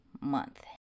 month